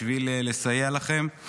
בשביל לסייע לכם.